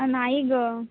हां नाही ग